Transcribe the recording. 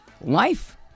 life